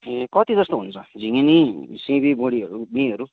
ए कति जस्तो हुन्छ झिङ्गिनी सिमी बोडीहरू बीँहरू